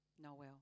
Noel